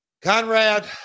Conrad